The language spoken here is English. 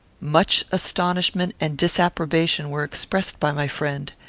much astonishment and disapprobation were expressed by my friend.